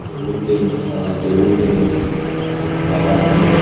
table ten table tennis kabaddi